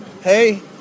Hey